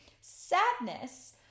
Sadness